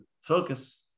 focus